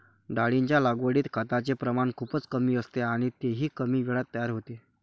डाळींच्या लागवडीत खताचे प्रमाण खूपच कमी असते आणि तेही कमी वेळात तयार होते